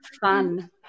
fun